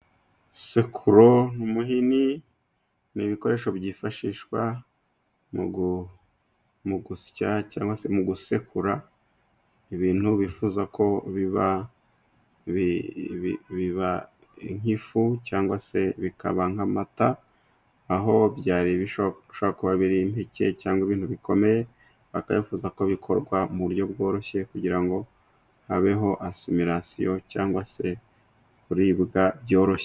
Isekuro n'umuhini, n'ibikoresho byifashishwa mu gusya, cyangwa mu gusekura ibintu bifuza ko biba nk'ifu, cyangwa se bikaba nkamata, aho byari bishobora kuba ari bike cyangwa ibintu bikomeye, bakifuza ko bikorwa mu buryo bworoshye kugira ngo habeho asimirasiyo, cyangwa se kuribwa byoroshye.